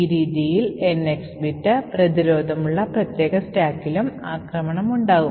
ഈ രീതിയൽ NX bit പ്രതിരോധം ഉള്ള പ്രത്യേക സ്റ്റാക്കിലും ആക്രമണം ഉണ്ടാവും